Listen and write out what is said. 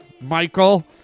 Michael